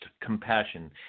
compassion